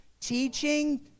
Teaching